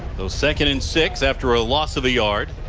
so, second and six after a loss of a yard.